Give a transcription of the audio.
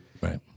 Right